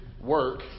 work